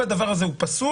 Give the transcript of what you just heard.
אם הדבר הזה הוא פסול,